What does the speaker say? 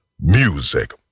Music